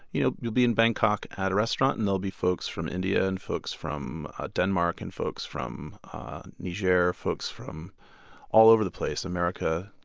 you know you'll be in bangkok at a restaurant and there'll be folks from india and folks from denmark and folks from niger, folks from all over the place america,